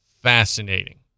fascinating